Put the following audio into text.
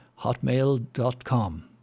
hotmail.com